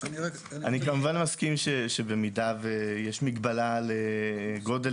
אני כמובן מסכים שבמידה ויש מגבלה לגודל